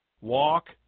walk